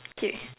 okay